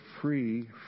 free